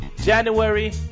January